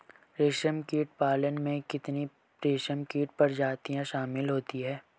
रेशमकीट पालन में कितनी रेशमकीट प्रजातियां शामिल होती हैं?